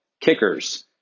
kickers